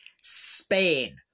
Spain